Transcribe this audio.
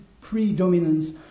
predominance